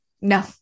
No